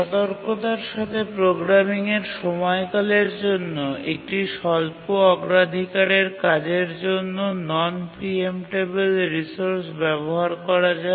সতর্কতার সাথে প্রোগ্রামিংয়ের সময়কালের জন্য একটি স্বল্প অগ্রাধিকারের কাজের জন্য নন প্রিএম্পটেবিল রিসোর্স ব্যবহার করা যায়